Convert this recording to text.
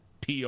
PR